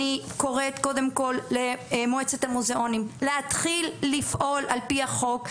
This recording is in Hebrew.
אני קוראת קודם כל למועצת המוזיאונים להתחיל לפעול על פי החוק,